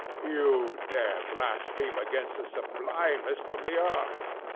you dare blaspheme against the sublimest of the arts!